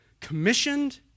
commissioned